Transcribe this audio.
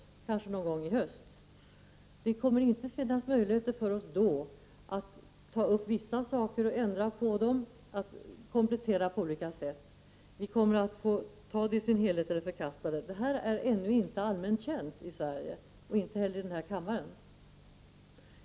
Det kommer inte då att finnas möjlighet för oss att ta upp vissa saker, ändra på dem eller komplettera dem på olika sätt. Vi kommer som sagt att få anta förslaget i dess helhet eller förkasta det. Detta är ännu inte allmänt känt i Sverige — inte heller i den här kammaren.